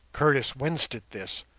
curtis winced at this,